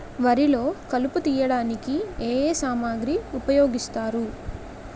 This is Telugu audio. వరిలో కలుపు తియ్యడానికి ఏ ఏ సామాగ్రి ఉపయోగిస్తారు?